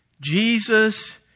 Jesus